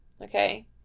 Okay